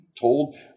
told